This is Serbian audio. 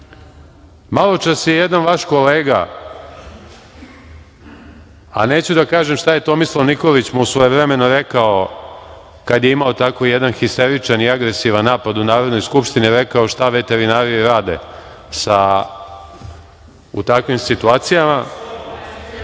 Maločas je jedan vaš kolega, a neću da kažem šta mu je Tomislav Nikolić svojevremeno rekao, kada je imao tako jedan histeričan i agresivan napad u Narodnoj skupštini, šta veterinari rade u takvim situacijama.(Aleksandar